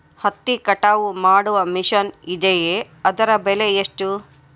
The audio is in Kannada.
ಹತ್ತಿ ಕಟಾವು ಮಾಡುವ ಮಿಷನ್ ಇದೆಯೇ ಅದರ ಬೆಲೆ ಎಷ್ಟು?